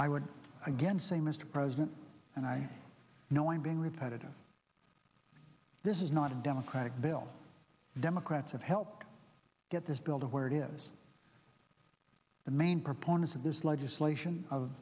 i would again say mr president and i know i'm being repetitive this is not a democratic bill democrats have helped get this bill to where it is the main proponents of this legislation of